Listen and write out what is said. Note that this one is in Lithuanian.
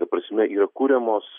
ta prasme yra kuriamos